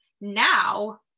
Now